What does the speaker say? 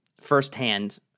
firsthand